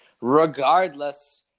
Regardless –